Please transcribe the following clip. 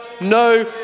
no